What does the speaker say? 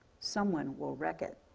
someone will wreck it.